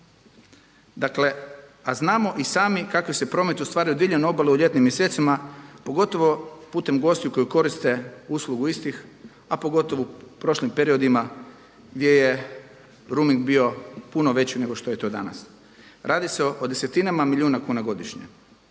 Dakle a znamo i sami kakav se promet ostvaruje diljem obale u ljetnim mjesecima pogotovo putem gostiju koji koriste uslugu istih a pogotovo u prošlim periodima gdje je rooming bio puno veći nego što je to danas. Radi se o desetinama milijuna kuna godišnje.